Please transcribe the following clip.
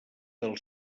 del